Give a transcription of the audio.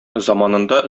заманында